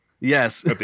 Yes